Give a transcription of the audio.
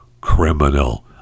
criminal